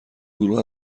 گروه